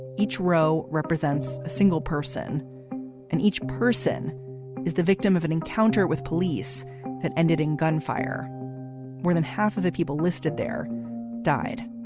each row represents a single person and each person is the victim of an encounter with police that ended in gunfire more than half of the people listed there died